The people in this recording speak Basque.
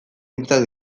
hitzak